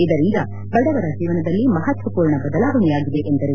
ಇದರಿಂದ ಬಡವರ ಜೀವನದಲ್ಲಿ ಮಹತ್ಯಪೂರ್ಣ ಬದಲಾವಣೆಯಾಗಿದೆ ಎಂದರು